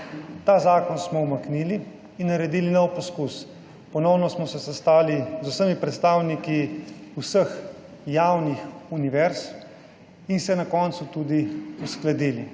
Ta zakon smo umaknili in naredili nov poskus. Ponovno smo se sestali z vsemi predstavniki vseh javnih univerz in se na koncu tudi uskladili.